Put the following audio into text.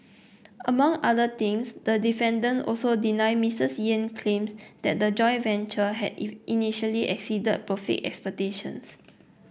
among other things the defendant also deny Mistress Yen's claims that the joint venture had if initially exceeded profit expectations